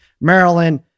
Maryland